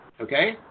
okay